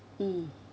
mm